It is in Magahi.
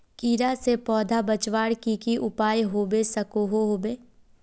कीड़ा से पौधा बचवार की की उपाय होबे सकोहो होबे?